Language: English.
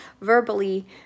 verbally